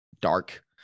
dark